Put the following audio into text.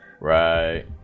Right